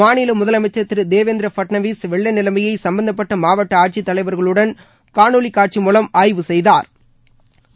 மாநில முதலனமச்சர் திரு தேவேந்திர பட்னவீஸ் வெள்ள நிலைமையை சம்பந்தப்பட்ட மாவட்ட ஆட்சித் தலைவர்களுடன் காணொளி காட்சி மூலம் ஆய்வு செய்தாா்